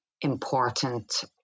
important